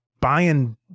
buying